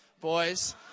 boys